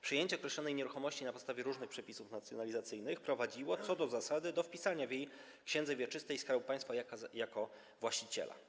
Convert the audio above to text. Przejęcie określonej nieruchomości na podstawie różnych przepisów nacjonalizacyjnych prowadziło co do zasady do wpisania w jej księdze wieczystej Skarbu Państwa jako właściciela.